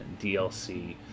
DLC